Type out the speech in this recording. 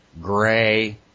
gray